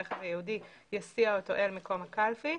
הרכב הייעודי יסיע אותו אל מקום הקלפי.